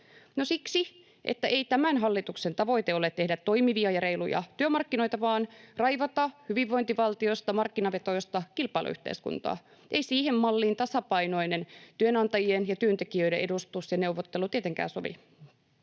siksi, että ei tämän hallituksen tavoite ole tehdä toimivia ja reiluja työmarkkinoita, vaan raivata hyvinvointivaltiosta markkinavetoista kilpailuyhteiskuntaa. Eivät siihen malliin tasapainoinen työnantajien ja työntekijöiden edustus ja neuvottelut tietenkään sovi.